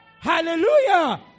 Hallelujah